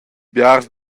biars